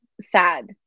sad